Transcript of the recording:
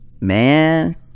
man